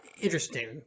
Interesting